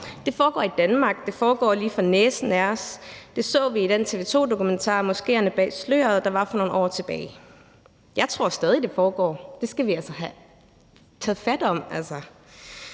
Det foregår i Danmark; det foregår lige for næsen af os. Det kunne vi se i TV 2-dokumentaren »Moskeerne bag sløret«, der var for nogle år tilbage. Jeg tror stadig, det foregår. Det skal vi altså have taget fat om.